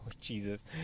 Jesus